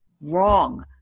Wrong